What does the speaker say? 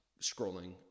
scrolling